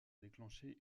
déclencher